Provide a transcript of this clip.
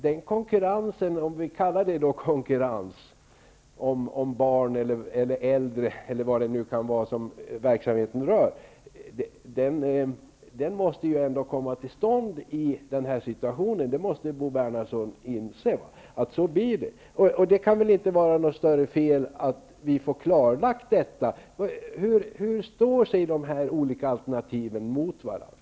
Denna konkurrens -- om man nu skall kalla det för konkurrens -- om barn, äldre eller vilka nu verksamheten rör måste ändå komma till stånd i den här situationen. Bo Bernhardsson måste ändå inse att så blir fallet. Det kan väl inte vara något större fel att få klarlagt hur de olika alternativen står sig mot varandra.